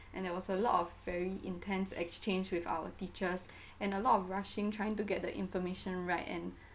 and there was a lot of very intense exchange with our teachers and a lot of rushing trying to get the information right and